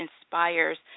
inspires